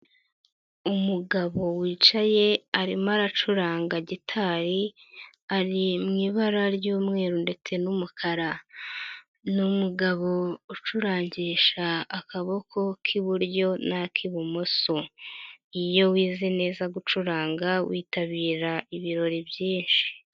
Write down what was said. Umugabo wicaye arimo aracuranga gitari ari mu ibara ry'umweru ndetse n'umukara. Ni umugabo ucurangisha akaboko k'iburyo n'ak'ibumoso. Iyo wize neza gucuranga witabira ibirori byinshi.